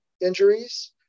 injuries